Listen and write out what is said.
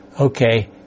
okay